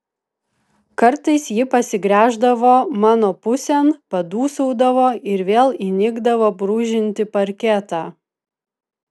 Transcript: kartais ji pasigręždavo mano pusėn padūsaudavo ir vėl įnikdavo brūžinti parketą